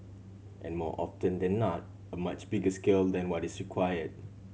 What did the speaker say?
and more often than not a much bigger scale than what is require